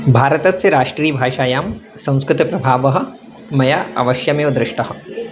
भारतस्य राष्ट्रियभाषायां संस्कृतप्रभावः मया अवश्यमेव दृष्टः